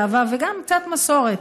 אהבה וגם קצת מסורת.